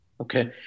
Okay